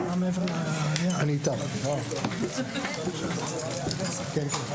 הישיבה ננעלה בשעה 11:03.